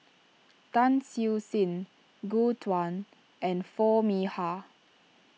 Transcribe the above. Tan Siew Sin Gu Juan and Foo Mee Har